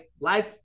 life